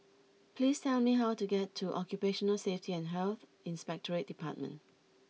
please tell me how to get to Occupational Safety and Health Inspectorate Department